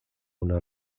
una